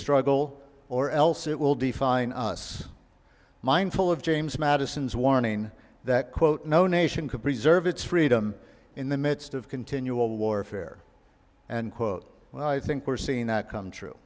struggle or else it will define us mindful of james madison's warning that quote no nation can preserve its freedom in the midst of continual warfare and quote when i think we're seeing that come true